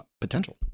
potential